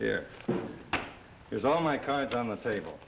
here there's all my cards on the table